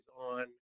on